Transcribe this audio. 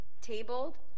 tabled